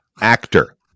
Actor